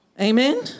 Amen